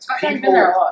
People